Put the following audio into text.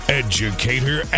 educator